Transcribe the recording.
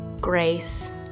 Grace